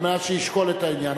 כדי שישקול את העניין,